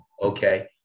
Okay